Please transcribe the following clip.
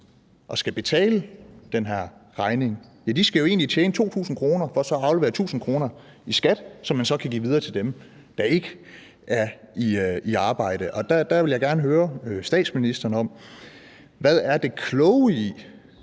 og skal betale den her regning, jo egentlig skal tjene 2.000 kr. for så at aflevere 1.000 kr. i skat, som man så kan give videre til dem, der ikke er i arbejde. Der vil jeg gerne høre statsministeren: Hvad er det kloge i